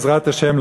בעזרת השם,